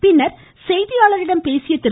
பின்னர் செய்தியாளர்களிடம் பேசிய திரு